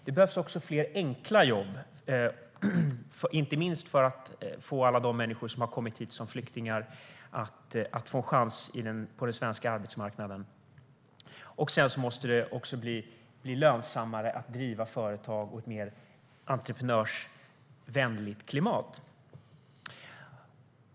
Det behövs också fler enkla jobb, inte minst för att alla de människor som har kommit hit som flyktingar ska få en chans på den svenska arbetsmarknaden. Det måste också bli lönsammare att driva företag i ett mer entreprenörsvänligt klimat.